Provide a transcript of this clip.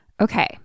okay